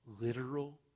literal